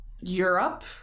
europe